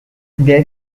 there